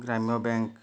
ଗ୍ରାମ୍ୟ ବ୍ୟାଙ୍କ